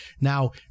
Now